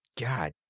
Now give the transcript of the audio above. God